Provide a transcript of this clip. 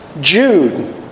Jude